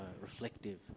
reflective